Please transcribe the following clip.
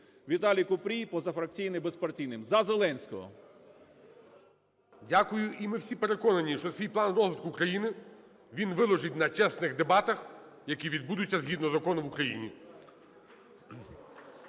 ВіталійКупрій, позафракційний, безпартійний, "За Зеленського". ГОЛОВУЮЧИЙ. Дякую. І ми всі переконані, що свій план розвитку країни він виложить на чесних дебатах, які відбудуться згідно закону в Україні.